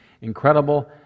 incredible